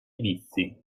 vizi